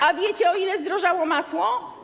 A wiecie, o ile zdrożało masło?